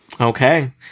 okay